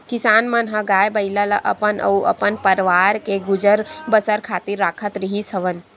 किसान मन ह गाय, बइला ल अपन अउ अपन परवार के गुजर बसर खातिर राखत रिहिस हवन